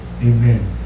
Amen